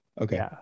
Okay